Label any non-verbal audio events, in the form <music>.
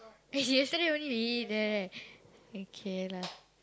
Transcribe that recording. <laughs> yesterday only we eat there right okay lah